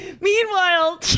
meanwhile